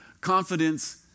confidence